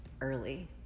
early